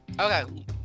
okay